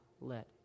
let